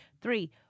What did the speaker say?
three